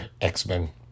X-Men